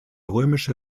römische